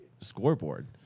scoreboard